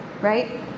Right